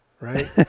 right